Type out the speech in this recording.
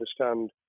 understand